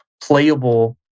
playable